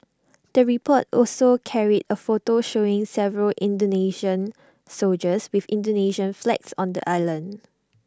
the report also carried A photo showing several Indonesian soldiers with Indonesian flags on the island